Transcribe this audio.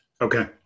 Okay